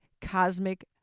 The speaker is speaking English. cosmic